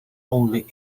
only